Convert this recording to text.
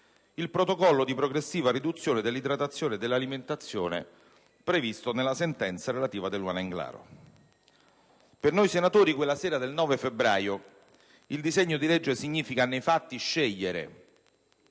il protocollo di progressiva riduzione dell'idratazione e dell'alimentazione previsto nella sentenza relativa ad Eluana Englaro. Per noi senatori, quella sera del 9 febbraio, il disegno di legge significa, nei fatti, scegliere,